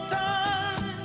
time